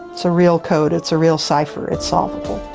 it's a real code it's a real cipher it's solvable.